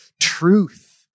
truth